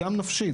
גם נפשית.